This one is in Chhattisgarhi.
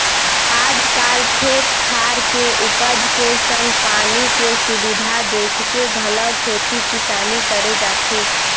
आज काल खेत खार के उपज के संग पानी के सुबिधा देखके घलौ खेती किसानी करे जाथे